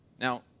Now